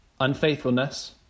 unfaithfulness